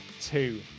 two